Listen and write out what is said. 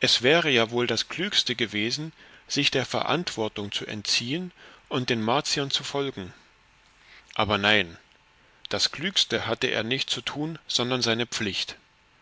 es wäre ja wohl das klügste gewesen sich der verantwortung zu entziehen und den martiern zu folgen aber nein das klügste hatte er nicht zu tun sondern seine pflicht